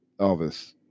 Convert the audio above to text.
Elvis